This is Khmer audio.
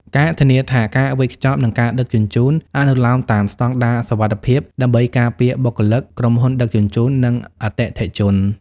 ការធានាថាការវេចខ្ចប់ និងការដឹកជញ្ជូនអនុលោមតាមស្តង់ដារសុវត្ថិភាពដើម្បីការពារបុគ្គលិក ក្រុមហ៊ុនដឹកជញ្ជូន និងអតិថិជន។